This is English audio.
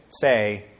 say